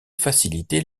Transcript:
faciliter